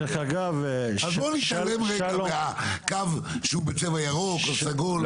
אז בוא נתעלם רגע מהקו שהוא בצבע ירוק או סגול.